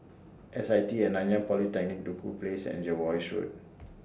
S I T At Nanyang Polytechnic Duku Place and Jervois Road